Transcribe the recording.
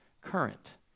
current